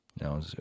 No